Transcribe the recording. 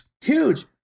Huge